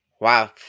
Wow